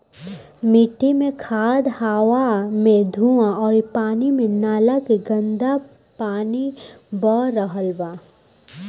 मिट्टी मे खाद, हवा मे धुवां अउरी पानी मे नाला के गन्दा पानी बह रहल बा